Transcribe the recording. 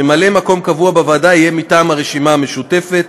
ממלא מקום קבוע בוועדה יהיה מטעם הרשימה המשותפת.